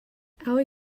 alley